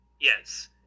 Yes